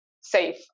safe